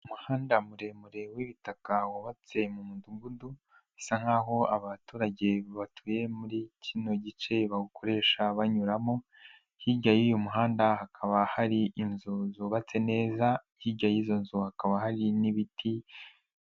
Umuhanda muremure w'ibitaka wubatse mu mudugudu bisa nkaho abaturage batuye muri kino gice bawukoresha banyuramo, hirya y'uyu muhanda hakaba hari inzu zubatse neza, hirya y'izo nzu hakaba hari n'ibiti.